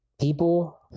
people